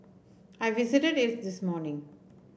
I visited it this morning